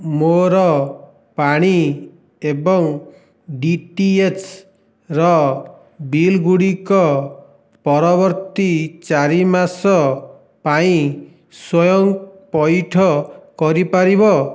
ମୋର ପାଣି ଏବଂ ଡିଟିଏଚ୍ର ବିଲ୍ ଗୁଡ଼ିକ ପରବର୍ତ୍ତୀ ଚାରି ମାସ ପାଇଁ ସ୍ଵୟଂ ପଇଠ କରିପାରିବ